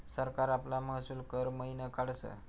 सरकार आपला महसूल कर मयीन काढस